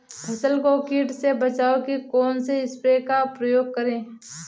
फसल को कीट से बचाव के कौनसे स्प्रे का प्रयोग करें?